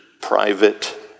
private